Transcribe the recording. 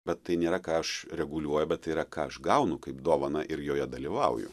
bet tai nėra ką aš reguliuoju bet yra ką aš gaunu kaip dovaną ir joje dalyvauju